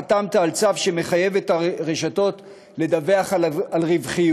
חתמת על צו שמחייב את הרשתות לדווח על רווחיות.